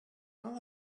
all